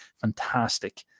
fantastic